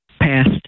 past